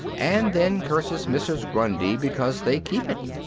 and then curses mrs. grundy because they keep it.